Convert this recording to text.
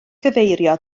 cyfeirio